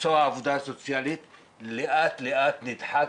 מקצוע העבודה הסוציאלית לאט לאט נדחק